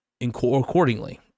accordingly